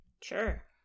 Sure